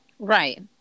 Right